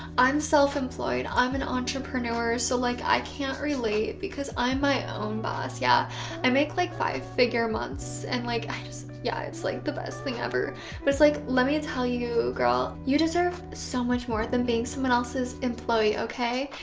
i'm self-employed, i'm an entrepreneur. so like i can't relate because i'm my own boss. yeah i make like five figure months and like i just yeah it's like the best thing ever. but it's like, let me tell you girl you deserve so much more than being someone else's employee okay.